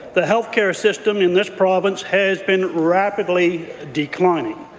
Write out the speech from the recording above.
the health care system in this province has been rapidly declining